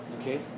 okay